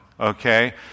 Okay